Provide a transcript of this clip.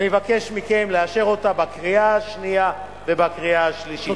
אני אבקש מכם לאשר אותה בקריאה השנייה ובקריאה השלישית.